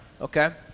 okay